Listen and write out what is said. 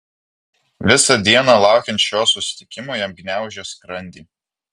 visą dieną laukiant šio susitikimo jam gniaužė skrandį